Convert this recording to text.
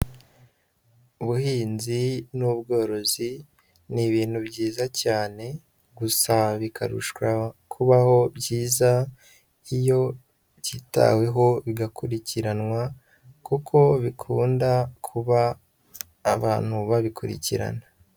Ubuhinzi n'ubworozi ni ibintu byiza cyane gusa bikarushwa kubaho byiza iyo byitaweho bigakurikiranwa kuko bikunda kuba abantu babikurikirana.